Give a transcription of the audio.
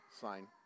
sign